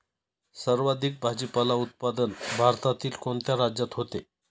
सर्वाधिक भाजीपाला उत्पादन भारतातील कोणत्या राज्यात होते?